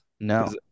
No